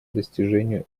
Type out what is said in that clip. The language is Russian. достижению